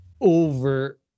over